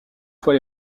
fois